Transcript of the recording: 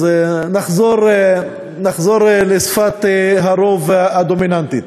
אז נחזור לשפת הרוב הדומיננטית.